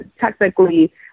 technically